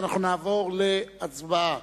אנחנו נעבור להצבעה